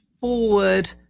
forward